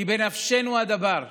כי בנפשנו הדבר.